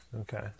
Okay